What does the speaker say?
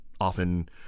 often